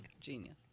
Genius